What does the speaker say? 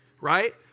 right